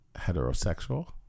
heterosexual